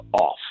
off